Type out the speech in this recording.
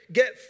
get